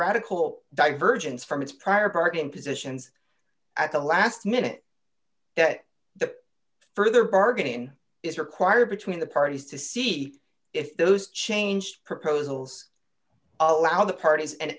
radical divergence from its prior party and positions at the last minute that the further bargaining is required between the parties to see if those changed proposals allow the parties an